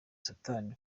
satani